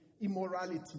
immorality